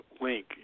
link